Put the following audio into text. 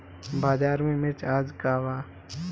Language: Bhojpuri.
बाजार में मिर्च आज का बा?